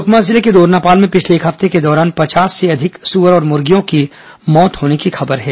सुकमा जिले के दोरनापाल में पिछले एक हफ्ते के दौरान पचास से अधिक सुअर और मुर्गियों की मौत होने की खबर है